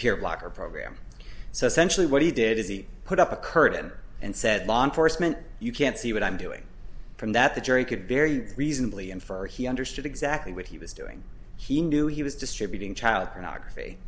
peer blocker program so essentially what he did is he put up a curtain and said law enforcement you can see what i'm doing from that the jury could very reasonably infer he understood exactly what he was doing he knew he was distributing child pornography